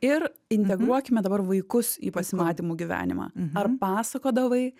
ir integruokime dabar vaikus į pasimatymų gyvenimą ar pasakodavai